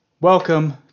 Welcome